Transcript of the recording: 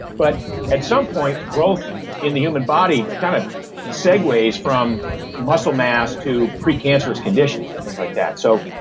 but at some point, growth in the human body kind of segways from muscle mass to precancerous conditions and things like that. so